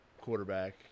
quarterback